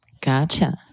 Gotcha